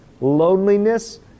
loneliness